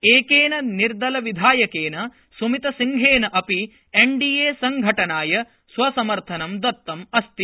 एकेन निर्दलविधायकेन स्मितसिंहेन अपि एनडीएसङ्घटनाय स्वसमर्थनं दत्तम् अस्ति